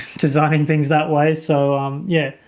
designing things that way so yeah,